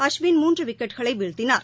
அஸ்வின் மூன்று விக்கெட்களை வீழ்த்தினாா